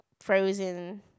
frozen